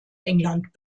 england